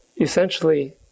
essentially